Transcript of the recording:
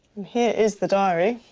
here is the diary.